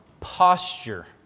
posture